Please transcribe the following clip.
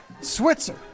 Switzer